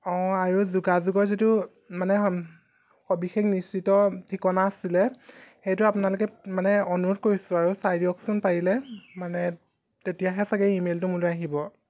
আৰু যোগাযোগৰ যিটো মানে সবিশেষ নিশ্চিত ঠিকনা আছিলে সেইটো আপোনালোকে মানে অনুৰোধ কৰিছোঁ আৰু চাই দিয়কচোন পাৰিলে মানে তেতিয়াহে চাগৈ ইমেইলটো মোলৈ আহিব